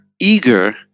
eager